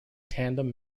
tandem